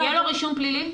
יהיה לו רישום פלילי?